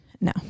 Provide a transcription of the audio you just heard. No